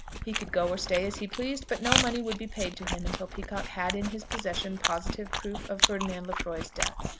he could go or stay as he pleased, but no money would be paid to him until peacocke had in his possession positive proof of ferdinand lefroy's death.